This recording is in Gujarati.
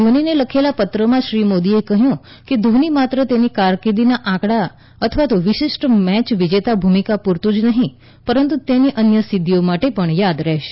ધોનીને લખેલા પત્રમાં શ્રી મોદીએ કહ્યું ધોની માત્ર તેની કારકિર્દીના આંકડા અથવા વિશિષ્ટ મેચ વિજેતા ભૂમિકા પૂરતું જ નહીં પરંતુ તેની અન્ય સિદ્ધિઓ માટે પણ યાદ રહેશે